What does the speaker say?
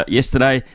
yesterday